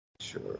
Sure